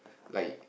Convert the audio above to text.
like